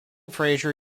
fraser